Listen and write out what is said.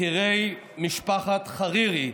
בכירי משפחת חרירי,